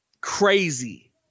crazy